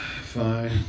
fine